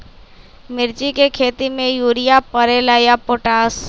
मिर्ची के खेती में यूरिया परेला या पोटाश?